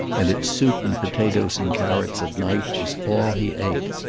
and its soup and potatoes and carrots at night was all he ate.